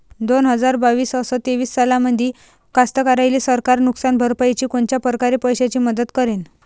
दोन हजार बावीस अस तेवीस सालामंदी कास्तकाराइले सरकार नुकसान भरपाईची कोनच्या परकारे पैशाची मदत करेन?